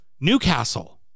Newcastle